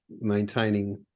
maintaining